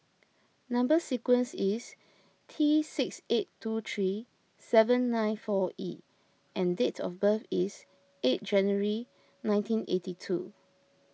Number Sequence is T six eight two three seven nine four E and dates of birth is eight January nineteen eighty two